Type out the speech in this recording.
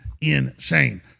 insane